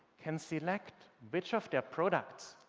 can select which of their products,